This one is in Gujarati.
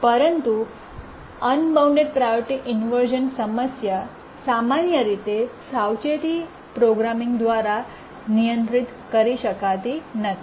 પરંતુ અનબાઉન્ડ પ્રાયોરિટી ઇન્વર્શ઼ન સમસ્યા સમાન રીતે સાવચેતી પ્રોગ્રામિંગ દ્વારા નિયંત્રિત કરી શકાતી નથી